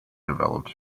developed